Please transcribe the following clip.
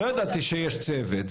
לא ידעתי שיש צוות,